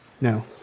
No